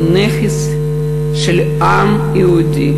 הוא נכס של העם היהודי,